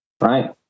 right